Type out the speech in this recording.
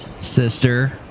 Sister